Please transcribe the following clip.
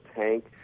tank